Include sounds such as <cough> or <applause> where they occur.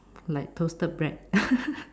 like toasted bread <laughs>